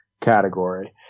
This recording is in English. category